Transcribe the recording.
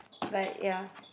but ya